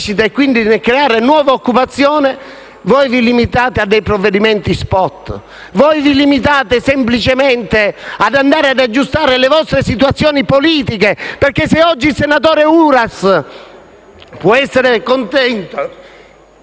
e quindi a creare nuova occupazione, vi limitate a dei provvedimenti *spot*, vi limitate semplicemente ad andare ad aggiustare le vostre situazioni politiche. Infatti, se oggi il senatore Uras può essere contento,